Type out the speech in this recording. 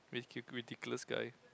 ridi~ ridiculous guy